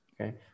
okay